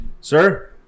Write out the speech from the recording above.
Sir